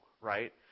Right